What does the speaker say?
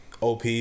OP